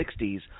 1960s